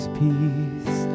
peace